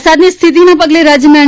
વરસાદની સ્થિતિના પગલે રાજ્યમાં એન